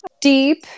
deep